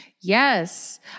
Yes